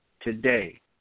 Today